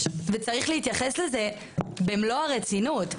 וצריך להתייחס לזה במלוא הרצינות,